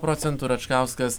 procentų račkauskas